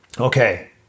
Okay